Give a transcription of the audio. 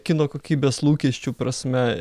kino kokybės lūkesčių prasme